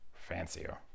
fancier